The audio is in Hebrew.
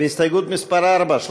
סעיף 1 לא נתקבלה.